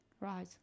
Right